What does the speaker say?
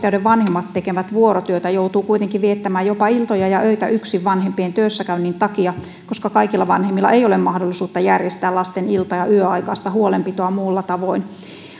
joiden vanhemmat tekevät vuorotyötä joutuu kuitenkin viettämään jopa iltoja ja öitä yksin vanhempien työssäkäynnin takia koska kaikilla vanhemmilla ei ole mahdollisuutta järjestää lasten ilta ja yöaikaista huolenpitoa muulla tavoin